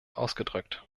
ausgedrückt